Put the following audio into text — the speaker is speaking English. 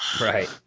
Right